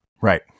Right